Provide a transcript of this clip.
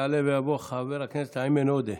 יעלה ויבוא חבר הכנסת איימן עודה.